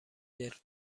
جلف